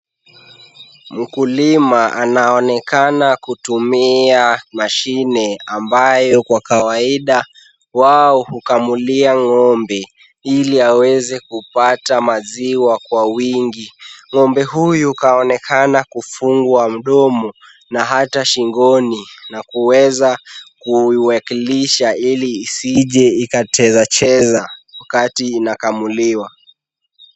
Mkulima anaonekana kutumia mashine ambayo kwa kawaida wao hukamulia ng'ombe ili aweze kupata maziwa kwa wingi. Ng'ombe huyu kaonekana kufungwa mdomo na hata shingoni na kuweza kuwakilisha ili isije ikachezacheza wakati inakamuliwa.